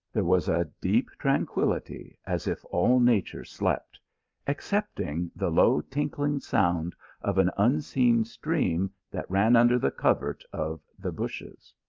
there was a deep tranquillity, as if all nature slept excepting the low tinkling sound of an unseen stream that ran under the covert of the bushes.